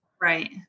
Right